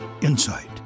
insight